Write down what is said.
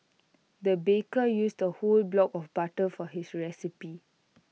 the baker used A whole block of butter for his recipe